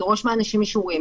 לדרוש מהאנשים אישורים,